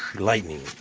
lightning.